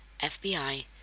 FBI